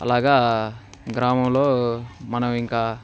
అలాగ గ్రామంలో మనం ఇంకా